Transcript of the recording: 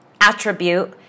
attribute